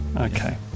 Okay